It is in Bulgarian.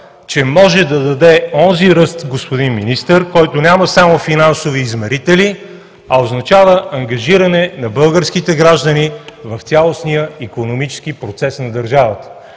че може да даде онзи ръст, господин Министър, който няма само финансови измерители, а означава ангажиране на българските граждани в цялостния икономически процес на държавата.